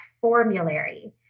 formulary